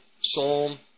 Psalm